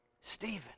Stephen